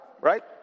right